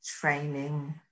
training